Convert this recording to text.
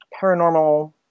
paranormal